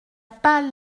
pas